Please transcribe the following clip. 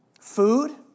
Food